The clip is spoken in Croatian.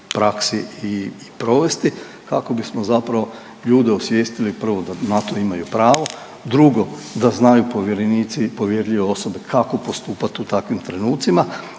praksi i provesti kako bismo zapravo ljude osvijestili prvo da na to imaju pravo. Drugo da znaju povjerenici i povjerljive osobe kako postupati u takvim trenucima